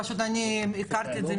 אני פשוט הכרתי את זה מקרוב.